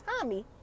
Tommy